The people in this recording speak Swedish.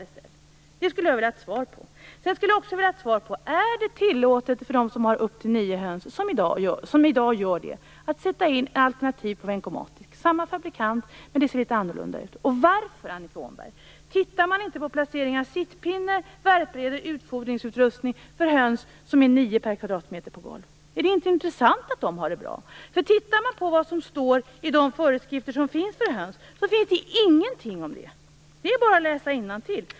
Det här skulle jag vilja ha ett svar på. Jag skulle också vilja ha svar på om det är tillåtet för dem som har upp till nio höns per kvadratmeter att sätta in alternativ, t.ex. Vencomatic. Det är samma fabrikant, men det ser litet annorlunda ut. Varför, Annika Åhnberg, tittar man inte på placeringen av sittpinne, värprede och utfodringsutrustning för höns som är nio stycken per kvadratmeter på golv? Är det inte intressant att de har det bra? I de föreskrifter som finns för detta står det ingenting om det. Det är bara att läsa innantill.